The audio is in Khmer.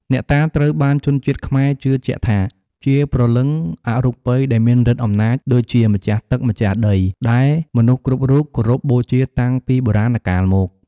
អ្នកតា ត្រូវបានជនជាតិខ្មែរជឿជាក់ថា ជាព្រលឹងអរូបីដែលមានឫទ្ធិអំណាច ដូចជាម្ចាស់ទឹក ម្ចាស់ដី ដែលមនុស្សគ្រប់រូបគោរពបូជាតាំងពីបុរាណកាលមក។